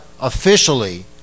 officially